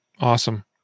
Awesome